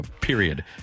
period